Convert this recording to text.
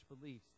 beliefs